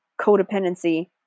codependency